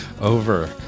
over